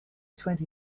twenty